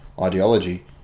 ideology